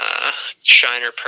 shiner